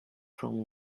from